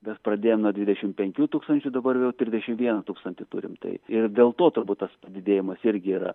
mes pradėjom nuo dvidešim penkių tūkstančių dabar jau trisdešim vieną tūkstantį turim tai ir dėl to turbūt tas padidėjimas irgi yra